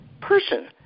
person